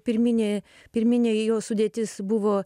pirminė pirminė jo sudėtis buvo